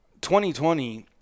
2020